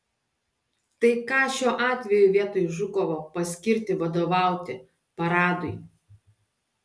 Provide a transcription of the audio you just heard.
tai ką šiuo atveju vietoj žukovo paskirti vadovauti paradui